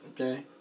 okay